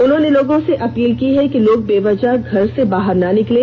उन्होंने लोगों से अपील की है कि लोग बेवजह घर से बाहर ना निकलें